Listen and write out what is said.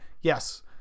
yes